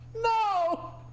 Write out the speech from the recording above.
No